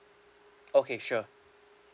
okay sure